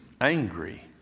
angry